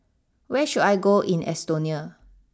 where should I go in Estonia